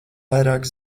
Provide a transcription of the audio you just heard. vairāk